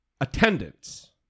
attendance